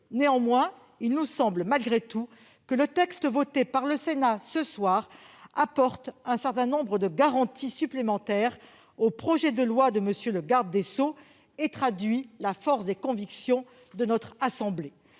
Néanmoins, il nous semble malgré tout que le texte voté ce soir par le Sénat apporte un certain nombre de garanties supplémentaires au projet de loi de M. le garde des sceaux et traduit la force des convictions de notre assemblée.